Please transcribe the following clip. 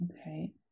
Okay